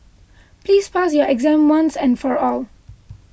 please pass your exam once and for all